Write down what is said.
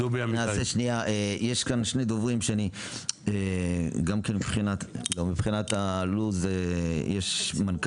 יש כאן שני דוברים שגם כן מבחינת הלו"ז יש מנכל